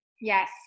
yes